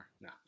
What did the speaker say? No